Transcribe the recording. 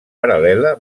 paral·lela